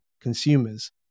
consumers